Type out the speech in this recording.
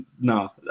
No